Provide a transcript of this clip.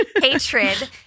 hatred